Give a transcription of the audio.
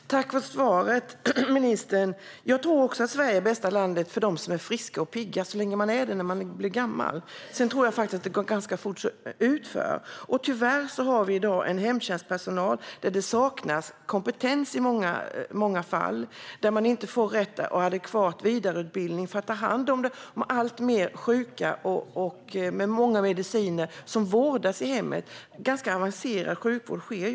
Herr talman! Tack för svaret, ministern! Jag tror också att Sverige är det bästa landet för den som är frisk och pigg, så länge man är det när man är gammal. Sedan tror jag att det går ganska fort utför. Tyvärr har vi i dag hemtjänstpersonal som i många fall saknar kompetens och som inte får rätt och adekvat vidareutbildning för att ta hand om dem som är alltmer sjuka, som har många mediciner och som vårdas i hemmet, där ganska avancerad sjukvård sker.